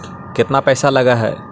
केतना पैसा लगय है?